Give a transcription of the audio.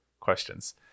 questions